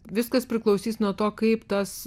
viskas priklausys nuo to kaip tas